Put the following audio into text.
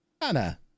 Anna